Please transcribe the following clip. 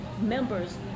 members